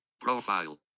Profile